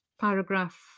paragraph